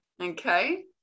okay